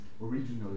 originally